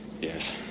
Yes